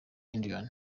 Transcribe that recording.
indiana